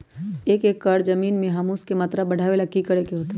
एक एकड़ जमीन में ह्यूमस के मात्रा बढ़ावे ला की करे के होतई?